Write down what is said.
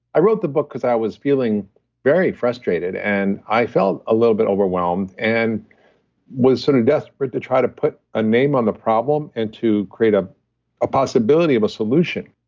i wrote the book because i was feeling very frustrated, and i felt a little bit overwhelmed and was so sort of desperate to try to put a name on the problem and to create a a possibility of a solution,